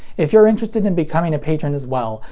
if you're interested in becoming a patron as well,